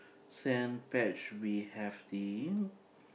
sand patch we have the